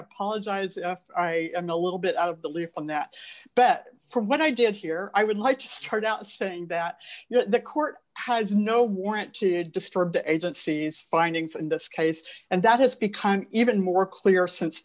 apologize i know a little bit out of the loop on that bet from what i did here i would like to start out saying that you know the court has no warrant to disturb the agency's findings in this case and that has become even more clear since